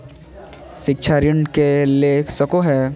शिक्षा ऋण के ले सको है?